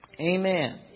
Amen